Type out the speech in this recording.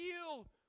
feel